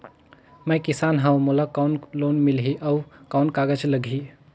मैं किसान हव मोला कौन लोन मिलही? अउ कौन कागज लगही?